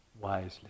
wisely